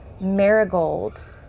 marigold